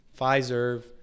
Pfizer